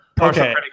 Okay